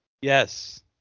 Yes